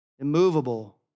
immovable